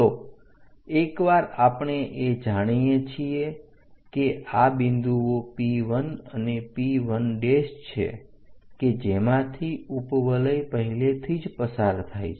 તો એક વાર આપણે એ જાણીએ છીએ કે આ બિંદુઓ P1 અને P 1 છે કે જેમાંથી ઉપવલય પહેલેથી જ પસાર થાય છે